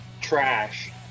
Trash